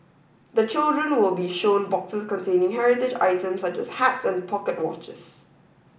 the children will be shown boxes containing heritage items such as hats and pocket watches